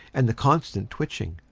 and the constant twitching.